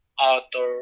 outdoor